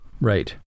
Right